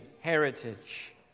heritage